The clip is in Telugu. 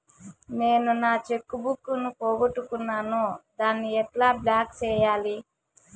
నేను నా చెక్కు బుక్ ను పోగొట్టుకున్నాను దాన్ని ఎట్లా బ్లాక్ సేయాలి?